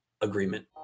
agreement